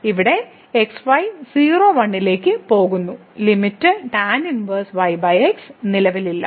ഇവിടെ x y 01 ലേക്ക് പോകുന്നു ലിമിറ്റ് tan 1yx നിലവിൽ ഇല്ല